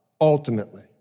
ultimately